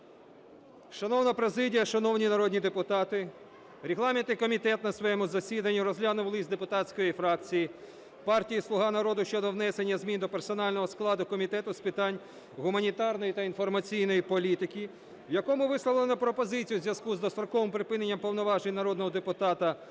Шановна президія! Шановні народні депутати! Регламентний комітет на своєму засіданні розглянув лист депутатської фракції партії "Слуга народу" щодо внесення змін до персонального складу Комітету з питань гуманітарної та інформаційної політики, в якому висловлена пропозиція у зв'язку з достроковим припиненням повноважень народного депутата,